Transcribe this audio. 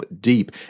Deep